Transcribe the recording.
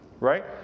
Right